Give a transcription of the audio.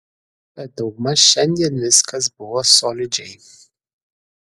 bet daugmaž šiandien viskas buvo solidžiai